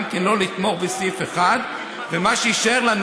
גם כן לא לתמוך בסעיף 1. מה שיישאר לנו